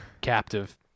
captive